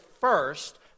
first